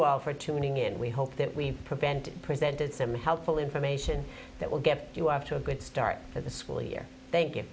all for tuning in we hope that we prevent presented some helpful information that will get you off to a good start for the school year thank you